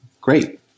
great